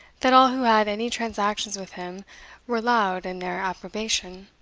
that all who had any transactions with him were loud in their approbation.